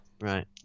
Right